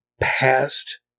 past